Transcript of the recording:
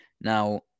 Now